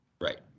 Right